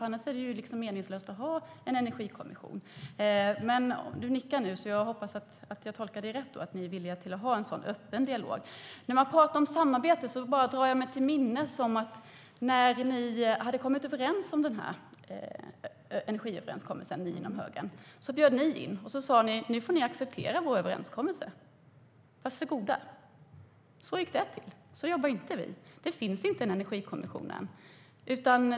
Annars är det meningslöst att ha en energikommission. På tal om samarbete drar jag mig till minnes att när ni inom högern hade gjort er energiöverenskommelse sa ni att vi får acceptera er överenskommelse. Var så goda! Så gick det till. Så jobbar inte vi. Det finns inte en energikommission än.